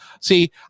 see